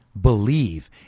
believe